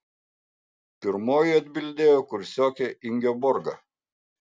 pirmoji atbildėjo kursiokė ingeborga